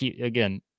again